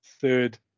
third